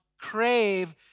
crave